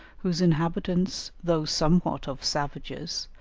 whose inhabitants, though somewhat of savages,